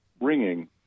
ringing